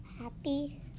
Happy